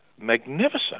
magnificent